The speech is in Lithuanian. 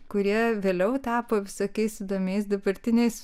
kurie vėliau tapo visokiais įdomiais dabartiniais